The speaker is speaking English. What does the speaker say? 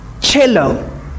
cello